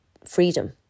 freedom